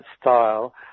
style